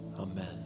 amen